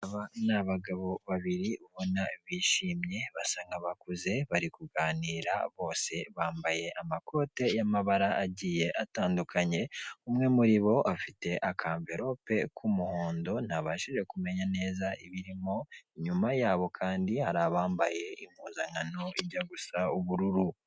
Ni abagabo babiri ubona bishimye basa nk'abakuze bari kuganira bose bambaye amakoti y'amabara agiye atandukanye, umwe muri bo afite akamverope k'umuhondo, ntabashije kumenya neza ibirimo, inyuma yabo kandi hari abambaye impuzankano ijya gusa ubururu.